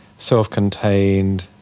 self-contained,